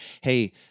hey